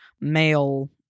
male